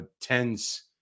tense